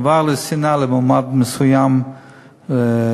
עבר לשנאה למועמד מסוים לנשיא,